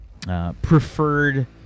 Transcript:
Preferred